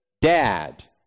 dad